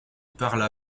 parla